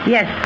Yes